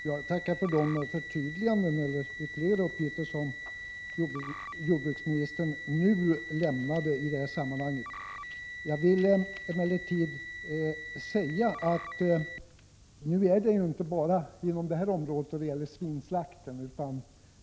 Herr talman! Jag tackar för de förtydliganden och ytterligare uppgifter som jordbruksministern nu lämnade. Jag vill emellertid säga att det inte bara gäller svinslakt.